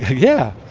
yeah!